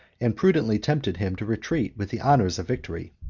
and prudently tempted him to retreat with the honors of victory.